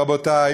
רבותי,